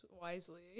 wisely